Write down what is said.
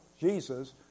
Jesus